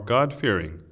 God-fearing